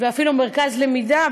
ואפילו מרכז למידה,